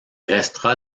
restera